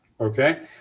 Okay